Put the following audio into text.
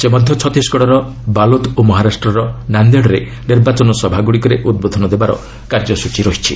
ସେ ମଧ୍ୟ ଛତିଶଗଡ଼ର ବାଲୋଦ ଓ ମହାରାଷ୍ଟ୍ରର ନାନ୍ଦେଡରେ ନିର୍ବାଚନ ସଭାଗୁଡ଼ିକରେ ଉଦ୍ବୋଧନ ଦେବାର କାର୍ଯ୍ୟସ୍କଚୀ ରହିଛି